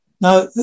Now